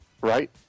Right